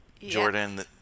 Jordan